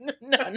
No